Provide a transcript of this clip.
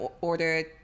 ordered